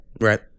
Right